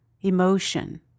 emotion